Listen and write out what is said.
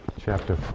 chapter